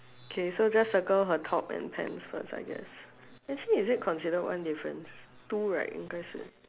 K so just circle her top and pants first I guess actually is it considered one difference two right 应开始